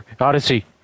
Odyssey